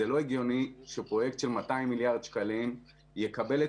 זה לא הגיוני שפרויקט של 200 מיליארד שקלים יקבל את